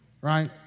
Right